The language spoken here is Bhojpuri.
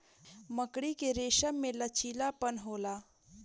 मकड़ी के रेसम में लचीलापन होला